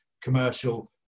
commercial